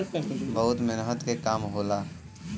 बहुत मेहनत के काम होला